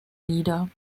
nieder